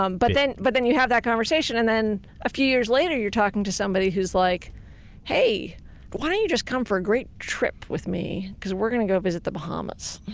um but then but then you have that conversation and then a few years later you're talking to somebody who's like hey why don't you just come for a great trip with me because we're going to go visit the bahamas.